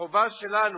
והחובה שלנו